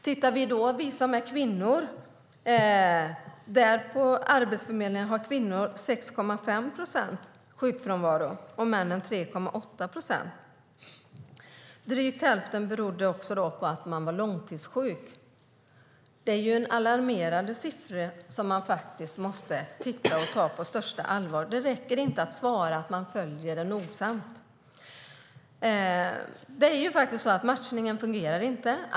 På Arbetsförmedlingen har kvinnor 6,5 procents och männen 3,8 procents sjukfrånvaro, kan vi som är kvinnor notera. Drygt hälften berodde på att man var långtidssjuk. Det är alarmerande siffror som man måste titta på och ta på största allvar. Det räcker inte att svara att man följer detta nogsamt. Matchningen fungerar inte.